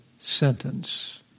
sentence